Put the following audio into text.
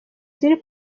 ziri